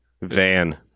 Van